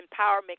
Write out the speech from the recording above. empowerment